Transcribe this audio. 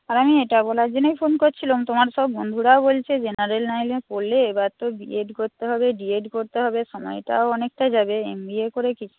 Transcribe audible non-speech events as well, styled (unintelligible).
আর আমি এটা বলার জন্যই ফোন করছিলাম তোমার সব বন্ধুরাও বলছে জেনারেল লাইনে পড়লে এবার তো বি এড করতে হবে ডি এড করতে হবে সময়টাও অনেকটা যাবে এম বি এ করে (unintelligible)